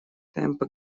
темпы